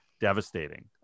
devastating